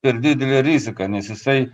per didelė rizika nes jisai